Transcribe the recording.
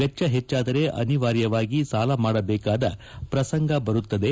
ವೆಚ್ಚ ಹೆಚ್ಚಾದರೆ ಅನಿವಾರ್ವವಾಗಿ ಸಾಲ ಮಾಡಬೇಕಾದ ಪ್ರಸಂಗ ಬರುತ್ತದೆ